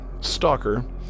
stalker